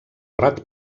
rat